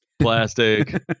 plastic